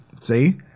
See